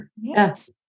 Yes